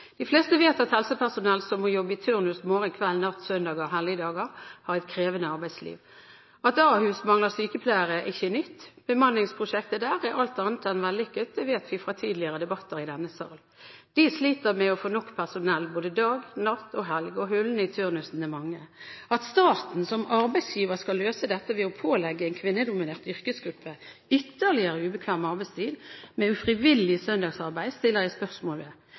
De fleste vet at helsepersonell som må jobbe i turnus – morgen, kveld, natt, søndager, helligdager – har et krevende arbeidsliv. At Ahus mangler sykepleiere, er ikke nytt. Bemanningsprosjektet der er alt annet enn vellykket, det vet vi fra tidligere debatter i denne salen. De sliter med å få nok personell både dag, natt og helg, og hullene i turnusene er mange. At staten som arbeidsgiver skal løse dette ved å pålegge en kvinnedominert yrkesgruppe ytterligere ubekvem arbeidstid, med ufrivillig søndagsarbeid, stiller jeg spørsmål